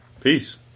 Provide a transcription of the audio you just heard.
Peace